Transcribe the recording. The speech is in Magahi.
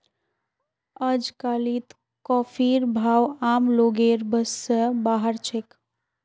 अजकालित कॉफीर भाव आम लोगेर बस स बाहर छेक